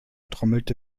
trommelte